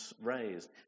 raised